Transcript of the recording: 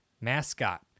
mascot